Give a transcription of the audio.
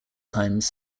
times